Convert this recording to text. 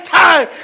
time